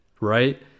right